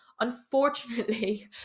unfortunately